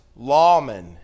lawmen